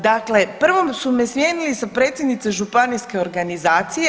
Dakle, prvo su me smijenili sa predsjednice županijske organizacije.